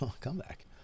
comeback